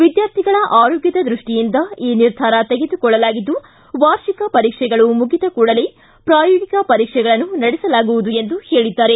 ವಿದ್ಕಾರ್ಥಿಗಳ ಆರೋಗ್ಯದ ದೃಷ್ಟಿಯಿಂದ ಈ ನಿರ್ಧಾರ ತೆಗೆದುಕೊಳ್ಳಲಾಗಿದ್ದು ವಾರ್ಷಿಕ ಪರೀಕ್ಷೆಗಳು ಮುಗಿದ ಕೂಡಲೇ ಪ್ರಾಯೋಗಿಕ ಪರೀಕ್ಷೆಗಳನ್ನು ನಡೆಸಲಾಗುವುದು ಎಂದು ಹೇಳಿದ್ದಾರೆ